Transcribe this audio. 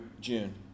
June